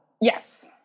Yes